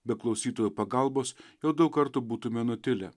be klausytojo pagalbos jau daug kartų būtume nutilę